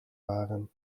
waren